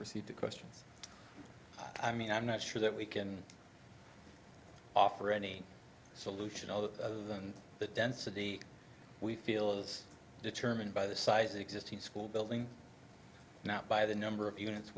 proceed to questions i mean i'm not sure that we can offer any solution other than the density we feel is determined by the size existing school building not by the number of units